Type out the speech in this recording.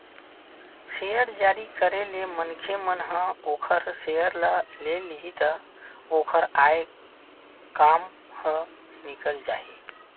share जारी करे ले मनखे मन ह ओखर सेयर ल ले लिही त ओखर आय काम ह निकल जाही